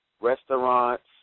restaurants